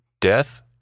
death